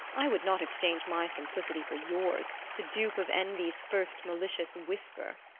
i would not exchange my simplicity for yours the dupe of envy's first malicious whisper!